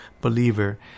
believer